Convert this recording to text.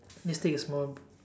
just take a small